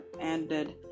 ended